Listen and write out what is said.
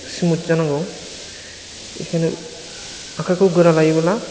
smooth जानांगौ इखायनो आखाइखौ गोरा लायोब्ला